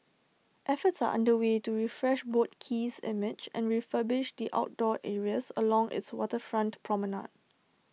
efforts are under way to refresh boat Quay's image and refurbish the outdoor areas along its waterfront promenade